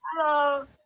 Hello